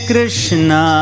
Krishna